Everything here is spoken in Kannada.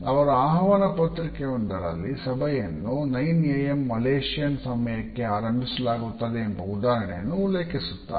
ಅವರು ಆಹ್ವಾನ ಪತ್ರಿಕೆಯೊಂದರಲ್ಲಿ ಸಭೆಯನ್ನು 9 AM ಮಲೇಶಿಯನ್ ಸಮಯಕ್ಕೆ ಆರಂಭಿಸಲಾಗುತ್ತದೆ ಎಂಬ ಉದಾಹರಣೆಯನ್ನು ಉಲ್ಲೇಖಿಸುತ್ತಾರೆ